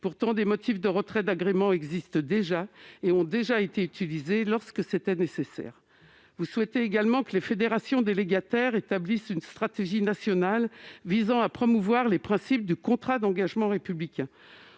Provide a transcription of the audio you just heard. Pourtant, des motifs de retrait d'agrément ont déjà été définis et utilisés, lorsque c'était nécessaire. Vous souhaitez également que les fédérations délégataires établissent une stratégie nationale visant à promouvoir les principes du contrat d'engagement républicain.